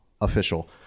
official